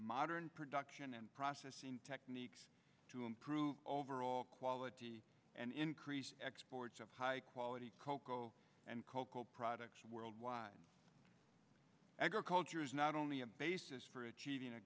modern production and processing techniques to improve overall quality and increase exports of high quality cocoa and cocoa products worldwide agriculture is not only a basis for a